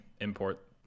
import